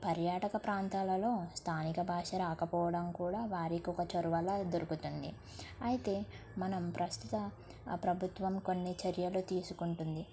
పర్యాటక ప్రాంతాలలో స్థానిక భాష రాకపోవడం కూడా వారికి ఒక చొరవలా దొరుకుతుంది అయితే మనం ప్రస్తుతం ప్రభుత్వం కొన్ని చర్యలు తీసుకుంటుంది